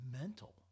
mental